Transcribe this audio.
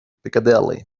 piccadilly